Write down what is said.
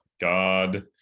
god